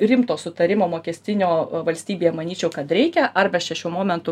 bet rimto sutarimo mokestinio valstybėje manyčiau kad reikia arba šiuo momentu